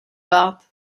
dát